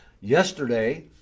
Yesterday